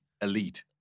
Elite